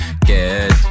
get